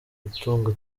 gutunga